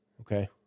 Okay